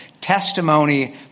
testimony